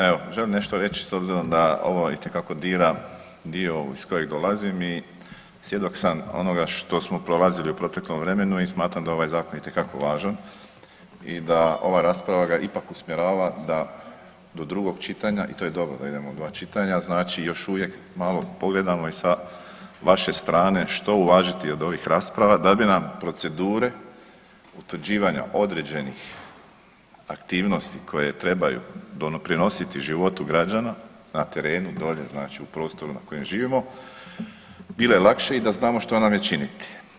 Evo, želim nešto reći s obzirom da ovo itekako dira dio ovog iz kojeg dolazim i svjedok sam onoga što smo prolazili u proteklom vremenu i smatram da je ovaj zakon itekako važan i da ova rasprava ga ipak usmjerava da do drugog čitanja, i to je dobro da idemo u dva čitanja, znači još uvijek malo pogledamo i sa vaše strane što uvažiti od ovih rasprava da bi nam procedure utvrđivanja određenih aktivnosti koje trebaju prinositi životu građana na terenu dolje znači u prostoru na kojem živimo bilo je lakše i da znamo što nam je činiti.